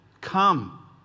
come